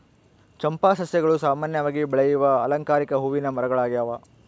ಚಂಪಾ ಸಸ್ಯಗಳು ಸಾಮಾನ್ಯವಾಗಿ ಬೆಳೆಯುವ ಅಲಂಕಾರಿಕ ಹೂವಿನ ಮರಗಳಾಗ್ಯವ